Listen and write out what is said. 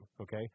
okay